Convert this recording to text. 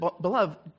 beloved